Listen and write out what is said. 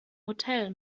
hotel